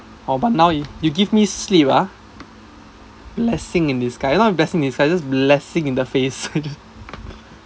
orh but now you you give me sleep ah blessing in disguise not blessing in disguise just blessing in the face